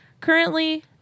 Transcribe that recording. currently